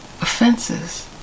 offenses